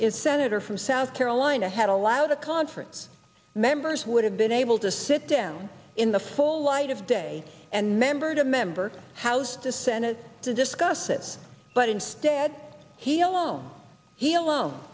is senator from south carolina had allowed a conference members would have been able to sit down in the full light of day and member to member house to senate to discuss it but instead he alone he alone